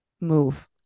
move